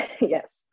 Yes